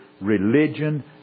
religion